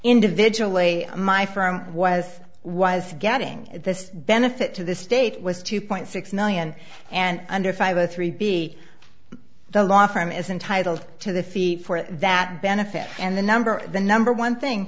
individually my front was was getting at this benefit to the state was two point six million and under five or three b the law firm is entitled to the feet for that benefit and the number the number one thing